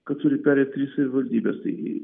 kad turi pereit trys savivaldybės tai